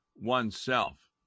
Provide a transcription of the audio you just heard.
oneself